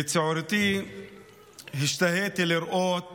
בצעירותי השתהיתי לראות